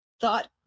Thought